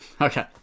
Okay